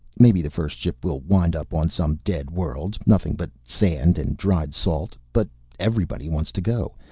maybe the first ship will wind up on some dead world, nothing but sand and dried salt. but everybody wants to go.